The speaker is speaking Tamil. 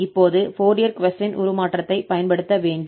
இப்போது ஃபோரியர் கொசைன் உருமாற்றத்தை பயன்படுத்த வேண்டும்